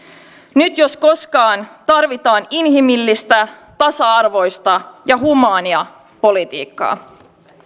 nyt jos koskaan tarvitaan inhimillistä tasa arvoista ja humaania politiikkaa